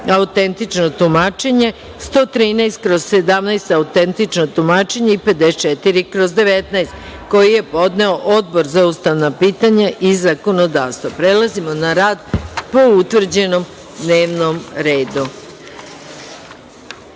autentično tumačenje, 113/17 – autentično tumačenje i 54/19), koji je podneo Odbor za ustavna pitanja i zakonodavstvo. Prelazimo na rad po utvrđenom dnevnom redu. Molim